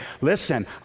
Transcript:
listen